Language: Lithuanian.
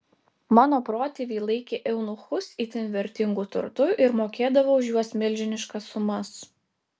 mano protėviai laikė eunuchus itin vertingu turtu ir mokėdavo už juos milžiniškas sumas